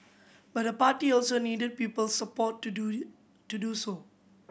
but the party also needed people's support to do to do so